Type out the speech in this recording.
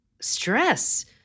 stress